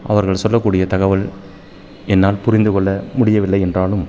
அவர்கள் சொல்லக்கூடிய தகவல் என்னால் புரிந்துக்கொள்ள முடியவில்லை என்றாலும்